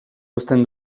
uzten